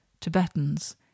Tibetans